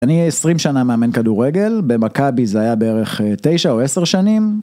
אני 20 שנה מאמן כדורגל, במכבי זה היה בערך 9 או 10 שנים.